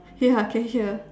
ya I can hear